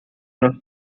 los